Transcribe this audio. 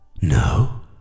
No